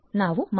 ಇವೆಲ್ಲವೂ ಸಾಧ್ಯ